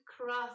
cross